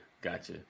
gotcha